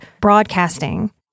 broadcasting